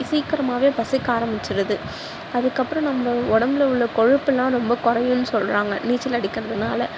சீக்கிரமாகவே பசிக்க ஆரம்பிச்சுடுது அதுக்கப்புறோம் நம்ப உடம்புல உள்ள கொழுப்பெலாம் ரொம்ப குறையுன்னு சொல்கிறாங்க நீச்சல் அடிக்கிறதுனால